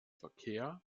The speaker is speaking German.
verkehr